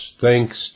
thanks